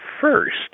first